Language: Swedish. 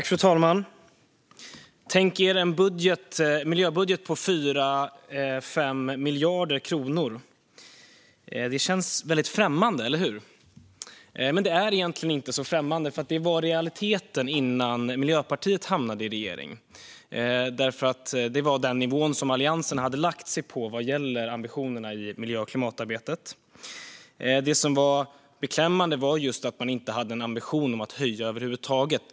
Fru talman! Tänk er en miljöbudget på 4-5 miljarder kronor! Det känns väldigt främmande, eller hur? Men det är egentligen inte så främmande, för det var en realitet innan Miljöpartiet hamnade i regeringen. Det var den nivå som Alliansen hade lagt sig på när det gäller ambitionerna i miljö och klimatarbetet. Det beklämmande var att man inte hade någon ambition att höja över huvud taget.